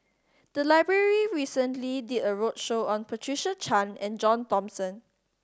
the library recently did a roadshow on Patricia Chan and John Thomson